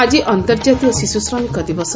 ଆଜି ଅନ୍ତର୍ଜାତୀୟ ଶିଶୁ ଶ୍ରମିକ ଦିବସ